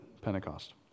Pentecost